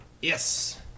Yes